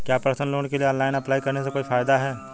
क्या personal loan के लिए ऑनलाइन अप्लाई करने से कोई फायदा है?